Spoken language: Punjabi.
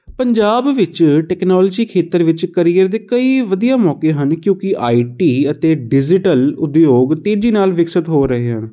ਪੰਜਾਬ ਵਿੱਚ ਟੈਕਨੋਲੋਜੀ ਖੇਤਰ ਵਿੱਚ ਕਰੀਅਰ ਦੇ ਕਈ ਵਧੀਆ ਮੌਕੇ ਹਨ ਕਿਉਂਕਿ ਆਈ ਟੀ ਅਤੇ ਡਿਜ਼ੀਟਲ ਉਦਯੋਗ ਤੇਜ਼ੀ ਨਾਲ ਵਿਕਸਿਤ ਹੋ ਰਹੇ ਹਨ